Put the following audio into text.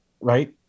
Right